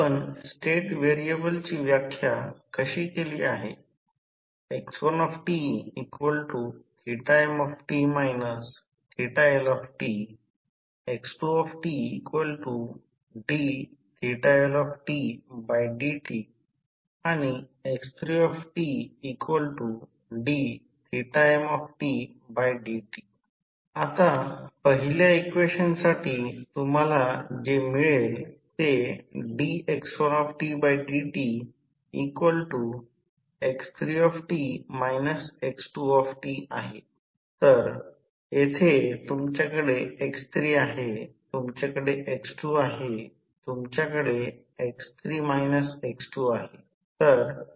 आपण स्टेट व्हेरिएबल्सची व्याख्या अशी केली आहे x1tmt Ltx2tdLtdtआणि x3tdmdt आता पहिल्या इक्वेशनसाठी तुम्हाला जे मिळेल ते dx1dtx3t x2 आहे तर येथे तुमच्याकडे x3 आहे तुमच्याकडे x2 आहे तुमच्याकडे x3 मायनस x2 आहे